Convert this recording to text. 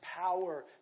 power